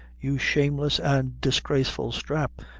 you shameless and disgraceful strap.